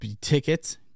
tickets